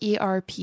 ERP